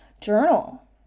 journal